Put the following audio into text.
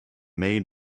made